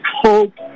hope